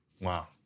Wow